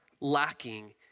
lacking